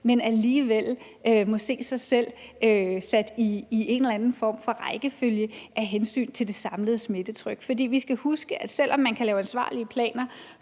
som alligevel må se sig selv sat i en eller anden form for rækkefølge af hensyn til det samlede smittetryk. For vi skal huske, at selv om man kan lave ansvarlige planer